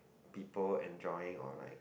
people enjoying or like